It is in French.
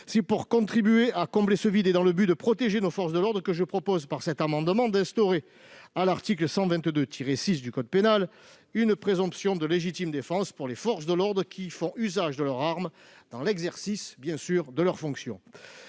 C'est pour contribuer à combler ce vide et dans le but de protéger nos forces de l'ordre que je propose, par cet amendement, d'instaurer à l'article 122-6 du code pénal une présomption de légitime défense pour les forces de l'ordre qui font usage de leur arme dans l'exercice de leurs fonctions.